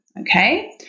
okay